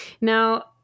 Now